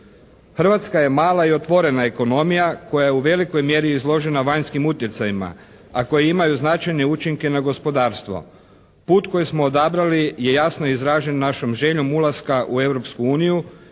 Hrvatska je mala i otvorena ekonomija koja je u velikoj mjeri izložena vanjskim utjecajima a koje imaju značajne učinke na gospodarstvo. Put koji smo odabrali je jasno izražen našom željom ulaska u